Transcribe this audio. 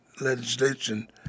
Legislation